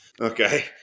okay